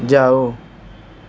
जाओ